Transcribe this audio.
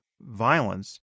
violence